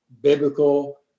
biblical